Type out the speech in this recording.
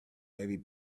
every